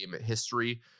history